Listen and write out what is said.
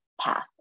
path